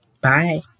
Bye